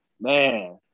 man